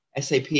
SAP